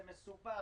זה מסובך,